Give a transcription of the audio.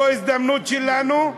זו ההזדמנות שלנו,